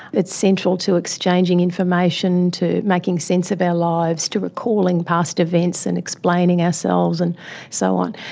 it's central to exchanging information, to making sense of our lives, to recalling past events and explaining ourselves and so on.